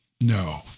No